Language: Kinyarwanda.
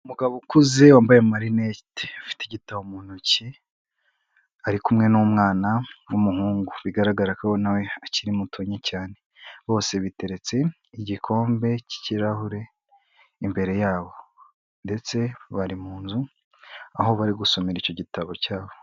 Umugabo ukuze wambaye marinete afite igitabo mu ntoki, ari kumwe n'umwana w'umuhungu bigaragara ko nawe akiri muto cyane, bose biteretse igikombe cy'ikirahure imbere yabo ndetse bari mu nzu aho bari gusomera icyo gitabo cyabo.